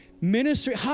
Ministry